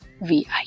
VI